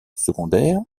secondaire